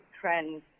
trends